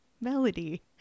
melody